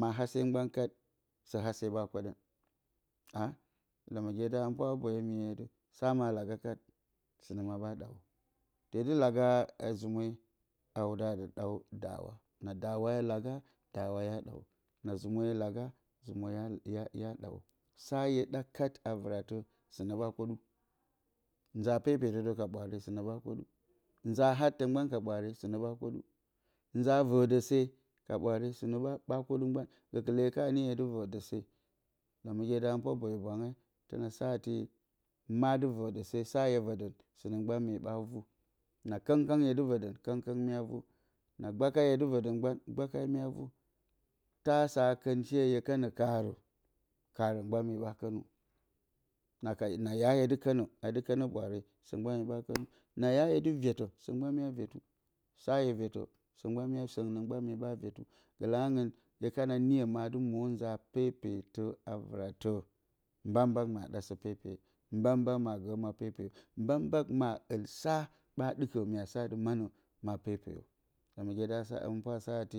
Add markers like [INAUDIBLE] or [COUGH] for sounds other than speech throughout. Ma hase mɓan kat sɘ hase ɓa koɗɘ aa, lɘmɘgeda hɘmɘnpwa aa boyɘ miye ati sa ma laga sɨ nɘ ma ɓa ɗawo te dɘ laga zɨmwe a wudɘ a a dɨ ɗaw daawa na daawa hye laga daawa hya ɗawo na zɨmo hye laga zɨmo hya hya hya ɗawo sa [NOISE] hye ɗa kat a vɨratɘ sɨnɘ ɓa koɗa nza pepetɨdɘw ka ɓwaare sɨnɘ ɓa koɗu nza hattɘ mbɘ sɨ nɘ ɓa koɗɘ nza vɘdɘ se ka ka ɓwaare sɨ nɘ ɓa koɗu mban gɘkɘlɘ hye ka hye dɨ vɘ dɘ se lɘmɘge da hɘmɘnpua boyɘ bwang wei tɘna saatɨ ma dɨ vɘ dɘ se sa hye vɘdɘn sɨnɘ ɓan nye ɓa vu na kɨng kɨng hye dɨ vɘdɘn kɨng-kɨng mye ɓa vu na gbakai hye dɨ vɘdɘm mɓan gbakai mya vu ta sa kɨnshe hye kɘnɘ karɘ karɘ mban me ɓa kanu na ya hye dɨ kɘnu a dɨ kɘnɘ ɓwaare saurn mban mye ɓa kɨnu na ya hye dɨ vetɘ sɨ mɓan mya vetu sa hye vetɘ sa mban sɘgɨnɘ sɘ mya vetu gɘkɘlɘ hangɨu hey ka na niyɘ madɘ mo za pepetɘ a vɨrɘtɘ mba-mba ma ɗa sɘ pepeye mba-mba ma gɘ ma pepeyo mba-mba ma hɨisa ɓa ɗɨko mya saa manɘ ma pepeyɘ lɘmɘnge da hɘmɘn pwa a saatɨ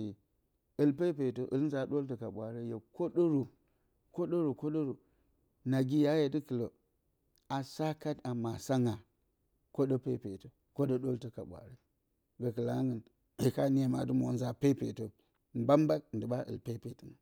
hɨl pepetɘ hɨl nza ɗoltɘ ka ɓwaare hye koɗɘrɘ koɗɘrɘ kɘɗɘrɘ nagi ya hye dɨ kɨlɘ a sa kat a masanga koɗɘ pepetɘ koɗɘ ɗoltɘ ka ɓwaare gɘ kɘlɘ hangɨn ma ka dɨ moza pepetɘ mba-mba ndɨ ɓa kɨ pepetingɨn.